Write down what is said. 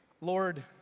Lord